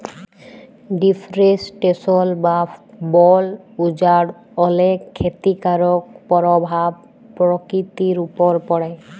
deforestation বা বল উজাড় অলেক খ্যতিকারক পরভাব পরকিতির উপর পড়ে